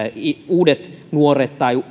uudet nuoret tai